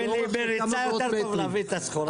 בריצה יותר טוב להביא את הסחורה.